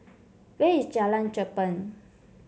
where is Jalan Cherpen